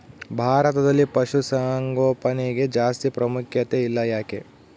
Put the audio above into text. ಭಾರತದಲ್ಲಿ ಪಶುಸಾಂಗೋಪನೆಗೆ ಜಾಸ್ತಿ ಪ್ರಾಮುಖ್ಯತೆ ಇಲ್ಲ ಯಾಕೆ?